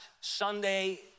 Sunday